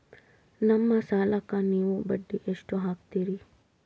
ನಮ್ಮ ಸಾಲಕ್ಕ ನೀವು ಬಡ್ಡಿ ಎಷ್ಟು ಹಾಕ್ತಿರಿ?